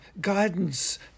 guidance